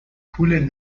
پول